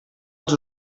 els